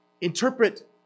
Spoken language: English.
interpret